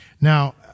Now